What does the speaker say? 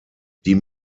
die